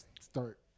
start